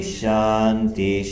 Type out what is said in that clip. shanti